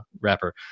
wrapper